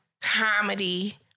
Comedy